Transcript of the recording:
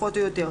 פחות או יותר.